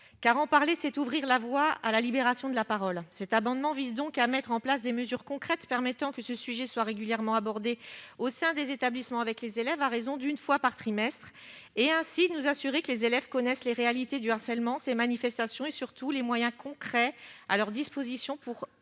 car en parler, c'est ouvrir la voie à la libération de la parole, cet amendement vise donc à mettre en place des mesures concrètes permettant que ce sujet soit régulièrement abordé au sein des établissements avec les élèves, à raison d'une fois par trimestre et ainsi nous assurer que les élèves connaissent les réalités du harcèlement, ces manifestations, et surtout les moyens concrets à leur disposition pour